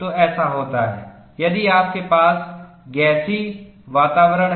तो ऐसा होता है यदि आपके पास गैसीय वातावरण है